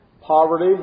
poverty